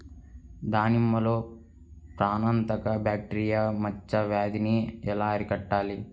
దానిమ్మలో ప్రాణాంతక బ్యాక్టీరియా మచ్చ వ్యాధినీ ఎలా అరికట్టాలి?